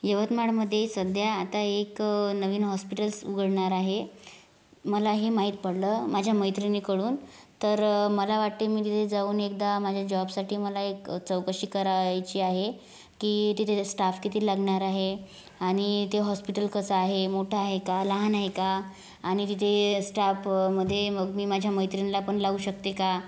यवतमाळमध्ये सध्या आता एक नवीन हॉस्पिटल्स् उघडणार आहे मला हे माहीत पडलं माझ्या मैत्रिणीकडून तर मला वाटते मी तिथे जाऊन एकदा माझ्या जॉबसाठी मला एक चौकशी करायची आहे की तिथे ते स्टाफ किती लागणार आहे आणि ते हॉस्पिटल कसं आहे मोठं आहे का लहान आहे का आणि तिथे स्टाफमध्ये मग मी माझ्या मैत्रिणीलापणा लावू शकते का